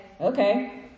okay